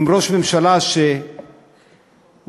עם ראש ממשלה שהוא כבר,